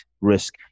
risk